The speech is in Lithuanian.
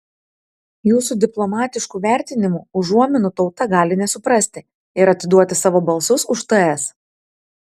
jūsų diplomatiškų vertinimų užuominų tauta gali nesuprasti ir atiduoti savo balsus už ts